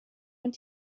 und